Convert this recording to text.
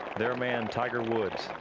their man tiger woods.